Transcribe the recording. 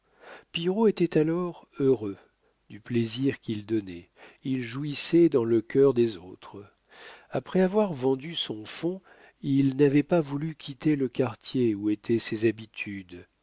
pillerault était alors heureux du plaisir qu'il donnait il jouissait dans le cœur des autres après avoir vendu son fonds il n'avait pas voulu quitter le quartier où étaient ses habitudes